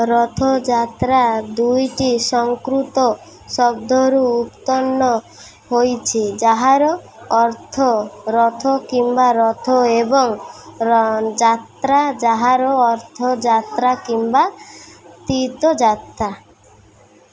ରଥ ଯାତ୍ରା ଦୁଇଟି ସଂସ୍କୃତ ଶବ୍ଦରୁ ଉତ୍ପନ୍ନ ହୋଇଛି ଯାହାର ଅର୍ଥ ରଥ କିମ୍ବା ରଥ ଏବଂ ଯାତ୍ରା ଯାହାର ଅର୍ଥ ଯାତ୍ରା କିମ୍ବା ତୀର୍ଥଯାତ୍ରା